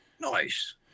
Nice